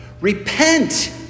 repent